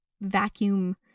vacuum